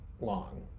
long